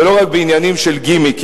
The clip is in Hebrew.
ולא רק עניינים של גימיקים.